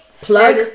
plug